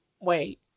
wait